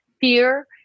fear